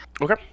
Okay